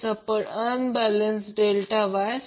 तर हा VAN angle देखील आहे ZY Z अँगल आहे